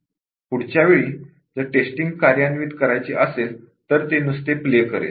पुढच्या वेळी जर टेस्टींग कार्यान्वित करायची असेल तर ते नुसते प्ले करेल